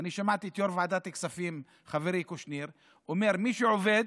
ואני שמעתי את יו"ר ועדת כספים חברי קושניר אומר: מי שעובד,